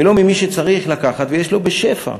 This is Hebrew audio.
ולא ממי שצריך לקחת ממנו, ויש לו בשפע.